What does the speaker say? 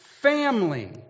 family